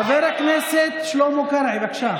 חבר הכנסת שלמה קרעי, בבקשה.